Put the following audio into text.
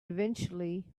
eventually